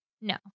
No